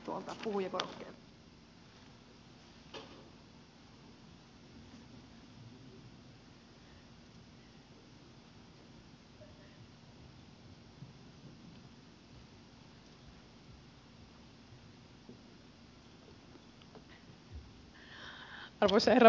arvoisa herra puhemies